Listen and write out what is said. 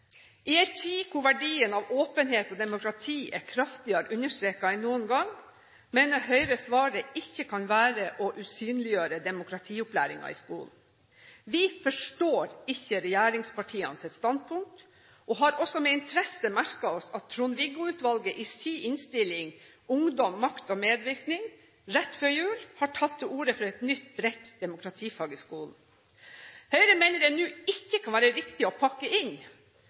I en tid da verdien av åpenhet og demokrati er kraftigere understreket enn noen gang, mener Høyre svaret ikke kan være å usynliggjøre demokratiopplæringen i skolen. Vi forstår ikke regjeringspartienes standpunkt, og har også med interesse merket oss at Trond-Viggo-utvalget i sin innstilling Ungdom, makt og medvirkning rett før jul har tatt til orde for et nytt, bredt demokratifag i skolen. Høyre mener det nå ikke kan være riktig å pakke inn,